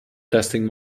testing